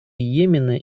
йемена